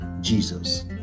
Jesus